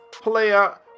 player